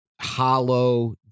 hollow